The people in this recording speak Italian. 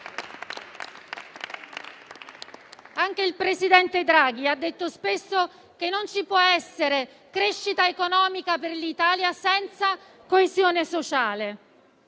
Anche il presidente Draghi ha detto spesso che non ci può essere crescita economica per l'Italia senza coesione sociale,